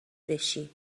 بشی